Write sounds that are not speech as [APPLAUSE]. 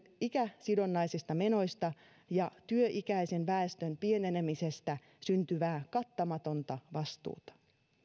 ikäsidonnaisista menoista [UNINTELLIGIBLE] ja työikäisen väestön pienenemisestä syntyvää kattamatonta vastuuta